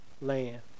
land